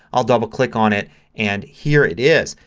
i'll double click on it and here it is.